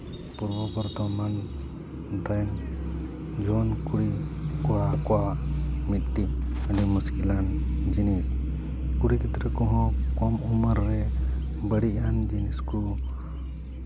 ᱯᱩᱨᱵᱚ ᱵᱚᱨᱫᱷᱚᱢᱟᱱ ᱨᱮ ᱡᱩᱣᱟᱹᱱ ᱠᱩᱲᱤᱼᱠᱚᱲᱟ ᱠᱚᱣᱟᱜ ᱢᱤᱫᱴᱤᱡ ᱟᱹᱰᱤ ᱢᱩᱥᱠᱤᱞᱟᱱ ᱡᱤᱱᱤᱥ ᱠᱩᱲᱤ ᱜᱤᱫᱽᱨᱟᱹ ᱠᱚᱦᱚᱸ ᱠᱚᱢ ᱩᱢᱮᱹᱨ ᱨᱮ ᱵᱟᱹᱲᱤᱡ ᱟᱱ ᱡᱤᱱᱤᱥ ᱠᱚ